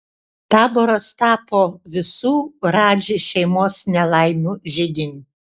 taboras tapo visų radži šeimos nelaimių židiniu